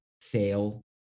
fail